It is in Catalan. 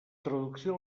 traducció